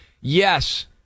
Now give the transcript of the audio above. Yes